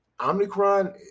Omicron